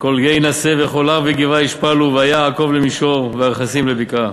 כל גיא ינָשא וכל הר וגבעה ישפָלו והיה העקֹב למישור והרכסים לבקעה,